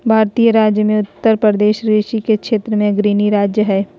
भारतीय राज्य मे उत्तरप्रदेश कृषि के क्षेत्र मे अग्रणी राज्य हय